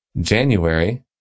January